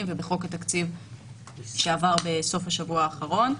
ובחוק התקציב שעבר בסוף השבוע האחרון.